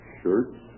shirts